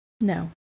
No